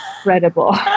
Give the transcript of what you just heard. incredible